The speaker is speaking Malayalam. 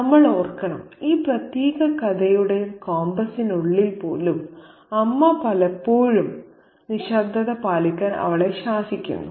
നമ്മൾ ഓർക്കണം ഈ പ്രത്യേക കഥയുടെ കോമ്പസിനുള്ളിൽ പോലും അമ്മ പലപ്പോഴും നിശബ്ദത പാലിക്കാൻ അവളെ ശാസിക്കുന്നു